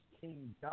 kingdom